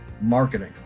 marketing